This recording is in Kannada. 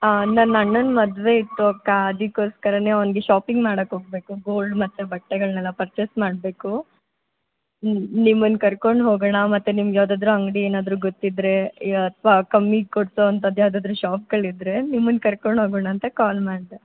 ಆಂ ನನ್ನ ಅಣ್ಣನ ಮದುವೆ ಇತ್ತು ಅಕ್ಕ ಅದಕ್ಕೋಸ್ಕರನೇ ಅವನಿಗೆ ಶಾಪಿಂಗ್ ಮಾಡಕ್ಕೆ ಹೋಗ್ಬೇಕು ಗೋಲ್ಡ್ ಮತ್ತು ಬಟ್ಟೆಗಳ್ನೆಲ್ಲ ಪರ್ಚೇಸ್ ಮಾಡಬೇಕು ನಿಮ್ಮನ್ನ ಕರ್ಕೊಂಡು ಹೋಗೋಣ ಮತ್ತು ನಿಮ್ಗೆ ಯಾವುದಾದ್ರೂ ಅಂಗಡಿ ಏನಾದರೂ ಗೊತ್ತಿದ್ದರೆ ಯ ಅಥವಾ ಕಮ್ಮಿಗೆ ಕೊಡಿಸೋ ಅಂಥದ್ದು ಯಾವುದಾದ್ರೂ ಶಾಪ್ಗಳಿದ್ದರೆ ನಿಮ್ಮನ್ನ ಕರ್ಕೊಂಡು ಹೋಗೋಣ ಅಂತ ಕಾಲ್ ಮಾಡಿದೆ